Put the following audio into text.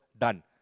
done